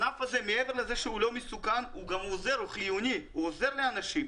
מעבר לזה, הוא גם עוזר והוא חיוני לאנשים.